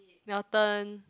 your turn